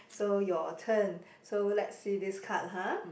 so your turn so let see this card ha